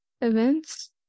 events